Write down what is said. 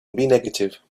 negative